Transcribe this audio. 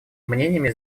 мнениями